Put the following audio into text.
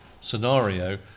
scenario